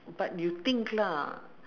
but you think lah